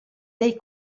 dei